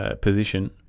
position